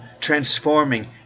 transforming